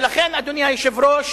ולכן, אדוני היושב-ראש,